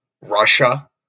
Russia